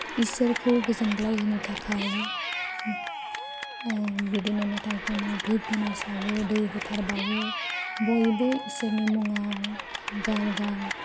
इसोरखौ गोजोनग्लाय होनो थाखाय बिदिनो मेथाय खनो धुप धुना सावो दै गोथार बावो बयबो इसोरनि मुङाव गाव गाव